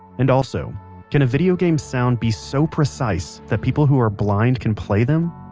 and also can a video game's sound be so precise that people who are blind can play them?